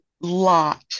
lot